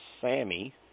Sammy